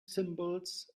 symbols